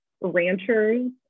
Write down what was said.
ranchers